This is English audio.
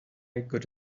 got